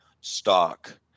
stock